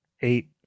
eight